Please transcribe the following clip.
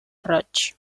roig